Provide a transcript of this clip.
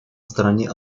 стороне